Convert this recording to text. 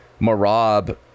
Marab